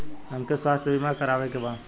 हमके स्वास्थ्य बीमा करावे के बा?